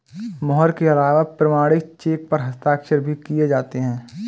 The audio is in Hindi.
मोहर के अलावा प्रमाणिक चेक पर हस्ताक्षर भी किये जाते हैं